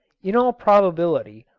in all probability,